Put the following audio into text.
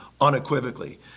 unequivocally